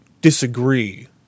disagree